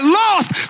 lost